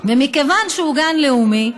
ומכיוון שהוא גן לאומי,